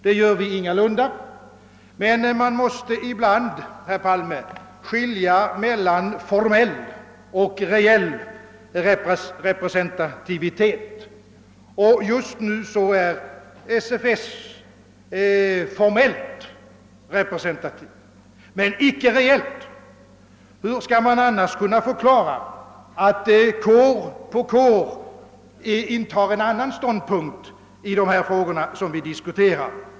Det gör vi ingalunda, men man måste ibland, herr Palme, skilja mellan formell och reell representativitet. Just nu är SFS formellt representativt men icke reellt. Hur skall man annars kunna förklara, att kår efter kår intar en annan ståndpunkt i de frågor vi nu diskuterar?